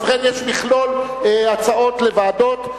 ובכן, יש לכלול הצעות לוועדות.